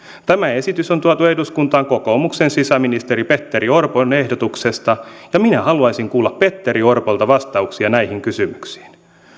tämä esitys on tuotu eduskuntaan kokoomuksen sisäministeri petteri orpon ehdotuksesta ja minä haluaisin kuulla petteri orpolta vastauksia näihin kysymyksiin